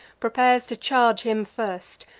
prepares to charge him first,